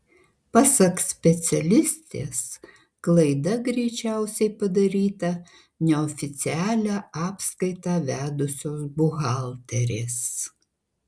pasak specialistės klaida greičiausiai padaryta neoficialią apskaitą vedusios buhalterės